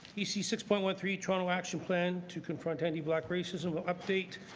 e c six point one three toronto action plan to confront anti-black raceism update.